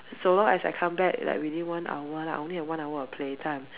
so long as I come back like within one hour lah I only had one hour of play time